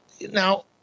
Now